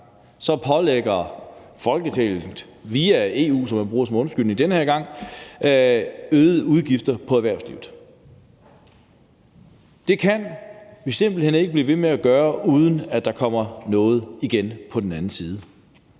pålægger Folketinget via EU, som man bruger som undskyldning den her gang, erhvervslivet øgede udgifter. Det kan vi simpelt hen ikke blive ved med at gøre, uden at der kommer noget igen på den anden side.